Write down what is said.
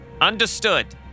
understood